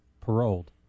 paroled